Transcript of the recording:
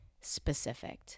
specific